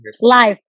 Live